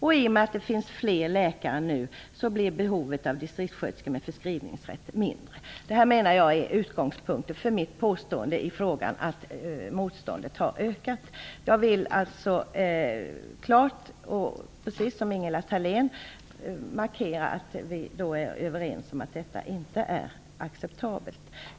I och med att det nu finns fler läkare blir behovet av distriktssköterskor med förskrivningsrätt mindre. Detta är mina utgångspunkter för mitt påstående att motståndet har ökat. Jag vill alltså klart markera - vilket också Ingela Thalén gjorde - att vi är överens om att detta inte är acceptabelt.